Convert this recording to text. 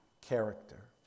character